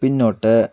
പിന്നോട്ട്